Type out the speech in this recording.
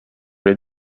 les